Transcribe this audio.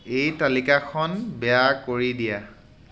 এই তালিকাখন বেয়া কৰি দিয়া